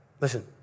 listen